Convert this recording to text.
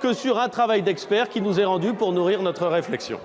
que sur un travail d'experts qui nous a été rendu pour nourrir notre réflexion.